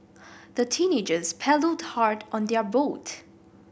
the teenagers paddled hard on their boat